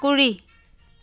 মেকুৰী